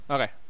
Okay